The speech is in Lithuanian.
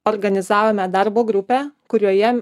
organizavome darbo grupę kurioje